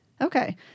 Okay